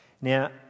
Now